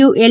U L